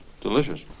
delicious